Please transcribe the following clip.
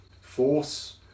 force